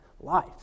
life